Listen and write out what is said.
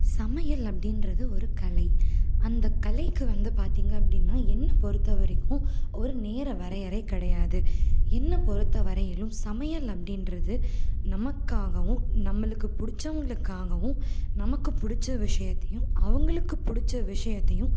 சமையல் அப்படின்றது ஒரு கலை அந்த கலைக்கு வந்து பார்த்திங்க அப்படின்னா என்னை பொறுத்தவரைக்கும் ஒரு நேர வரையறை கிடையாது என்னை பொறுத்தவரையிலும் சமையல் அப்படின்றது நமக்காகவும் நம்மளுக்கு பிடிச்சவங்களுக்காகவும் நமக்கு பிடிச்ச விஷயத்தையும் அவங்களுக்கு பிடிச்ச விஷயத்தையும்